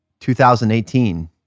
2018